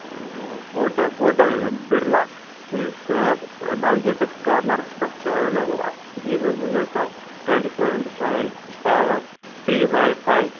ٲں hotel hotel Birla یُس ییٚتَس ڈل گیٹس کارنَرس پٮ۪ٹھ چھِ ایٚولیبٕل اَتھ گیٖزر مِلیوٚ تۄہہِ twenty four into seven power free Y wifi